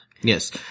Yes